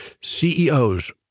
CEOs